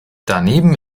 daneben